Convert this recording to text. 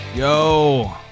Yo